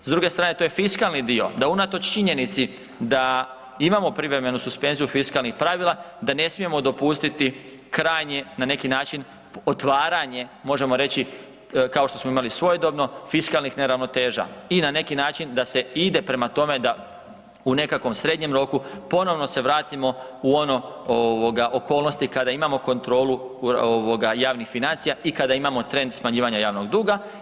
S druge strane to je fiskalni dio, da unatoč činjenici da imamo privremenu suspenziju fiskalnih pravila da ne smijemo dopustiti krajnje na neki način otvaranje možemo reći kao što smo imali svojedobno fiskalnih neravnoteža i na neki način da se ide prema tome da u nekakvom srednjem roku ponovno se vratimo u ono ovoga okolnosti kada imamo ovoga kontrolu javnih financija i kada imamo trend smanjivanja javnog duga.